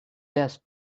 these